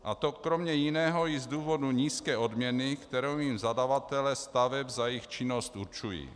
A to kromě jiného i z důvodu nízké odměny, kterou jim zadavatelé staveb za jejich činnost určují.